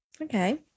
Okay